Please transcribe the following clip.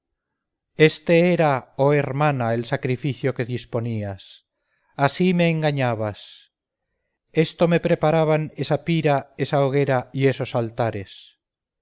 este era oh hermana el sacrificio que disponías así me engañabas esto me preparaban esa pira esa hoguera y esos altares